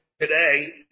Today